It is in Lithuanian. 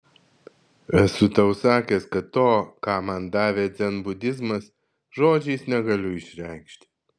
esu tau sakęs kad to ką man davė dzenbudizmas žodžiais negaliu išreikšti